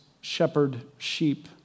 shepherd-sheep